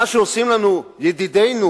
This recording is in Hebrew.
מה שעושים לנו ידידינו,